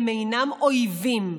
הם אינם אויבים.